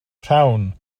rhawn